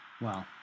Wow